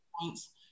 points